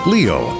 Leo